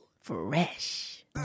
Fresh